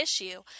issue